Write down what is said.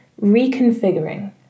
reconfiguring